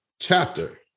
chapter